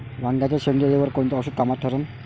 वांग्याच्या शेंडेअळीवर कोनचं औषध कामाचं ठरन?